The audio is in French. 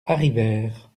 arrivèrent